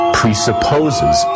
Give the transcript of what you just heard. presupposes